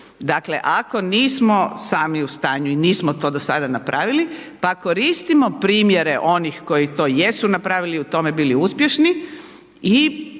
Dakle, ako nismo sami u stanju i nismo to do sada napravili pa koristimo primjere onih koji to jesu napravili, u tome bili uspješni i primijenimo